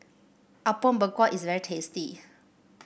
Apom Berkuah is very tasty